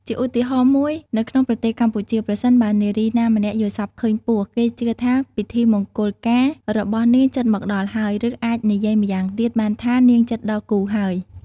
ជាឧទាហរណ៍ មួយ នៅក្នុងប្រទេសកម្ពុជា ប្រសិនបើនារីណាម្នាក់យល់សប្តិឃើញពស់ គេជឿថាពិធីមង្គលការរបស់នាងជិតមកដល់ហើយ ឬអាចនិយាយម៉្យាងទៀតបានថា នាងជិតដល់គូហើយ។